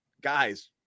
guys